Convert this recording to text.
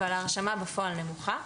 אבל ההרשמה בפועל נמוכה,